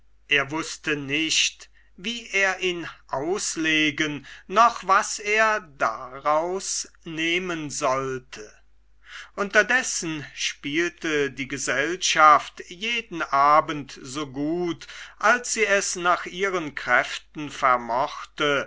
er wußte nicht wie er ihn auslegen noch was er daraus nehmen sollte unterdessen spielte die gesellschaft jeden abend so gut als sie es nach ihren kräften vermochte